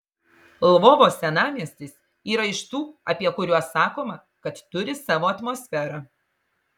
lvovo senamiestis yra iš tų apie kuriuos sakoma kad turi savo atmosferą